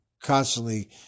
constantly